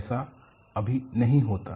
ऐसा कभी नहीं होता